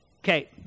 Okay